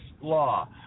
law